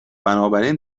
بنابراین